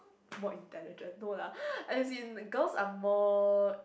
more intelligent no lah as in girls are more